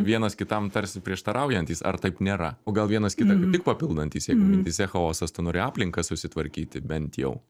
vienas kitam tarsi prieštaraujantys ar taip nėra o gal vienas kitą kaip tik papildantys jeigu mintyse chaosas tu nori aplinką susitvarkyti bent jau